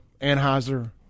Anheuser